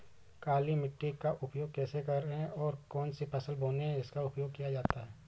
काली मिट्टी का उपयोग कैसे करें और कौन सी फसल बोने में इसका उपयोग किया जाता है?